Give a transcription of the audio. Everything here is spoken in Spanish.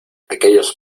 aquellos